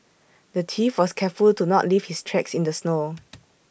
the thief was careful to not leave his tracks in the snow